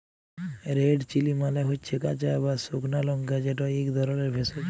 red chilli মালে হচ্যে কাঁচা বা সুকনা লংকা যেট ইক ধরলের ভেষজ